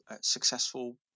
successful